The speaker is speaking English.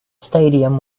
stadium